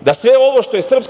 da sve ovo što je SNS